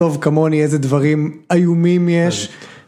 טוב כמוני איזה דברים איומים יש